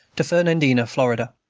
to fernandina, florida.